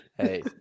Hey